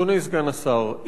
אדוני סגן השר,